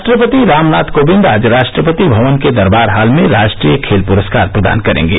राष्ट्रपति रामनाथ कोविंद आज राष्ट्रपति भवन के दरबार हाल में राष्ट्रीय खेल पुरस्कार प्रदान करेंगे